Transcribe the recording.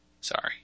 Sorry